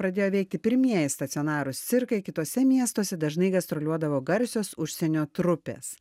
pradėjo veikti pirmieji stacionarūs cirkai kituose miestuose dažnai gastroliuodavo garsios užsienio trupės